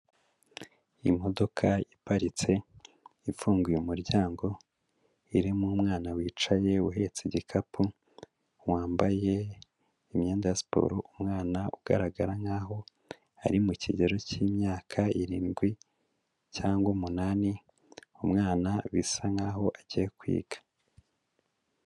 Imodoka iparitse ifunguye umuryango, irimo umwana wicaye uhetse igikapu, wambaye imyenda ya siporo, umwana ugaragara nk'aho ari mu kigero cy'imyaka irindwi cyangwa umunani, umwana bisa nk'aho agiye kwiga.